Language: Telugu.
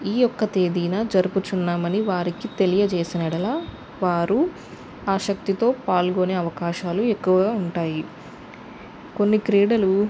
ఈ యొక్క తేదీన జరుపుచున్నామని వారికి తెలియజేసిన యెడల వారు ఆసక్తితో పాల్గొనే అవకాశాలు ఎక్కువగా ఉంటాయి కొన్ని క్రీడలు